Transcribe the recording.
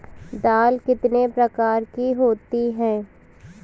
दाल कितने प्रकार की होती है?